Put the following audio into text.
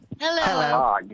Hello